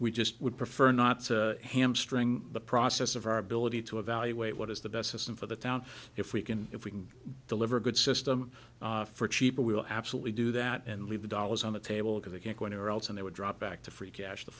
we would prefer not to hamstring the process of our ability to evaluate what is the best system for the town if we can if we can deliver a good system for cheaper we will absolutely do that and leave the dollars on the table because they can't go anywhere else and they would drop back to free cash the